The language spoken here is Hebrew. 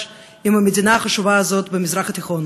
עם המדינה החשובה הזאת במזרח התיכון.